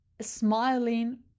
smiling